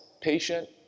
patient